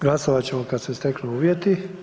Glasovat ćemo kad se steknu uvjeti.